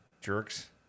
jerks